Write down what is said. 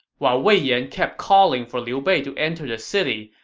while wei yan kept calling for liu bei to enter the city,